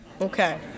Okay